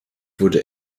wurde